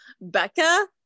becca